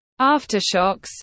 Aftershocks